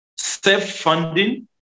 self-funding